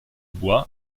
bois